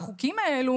והחוקים האלו,